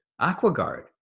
Aquaguard